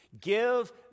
Give